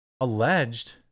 Alleged